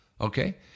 okay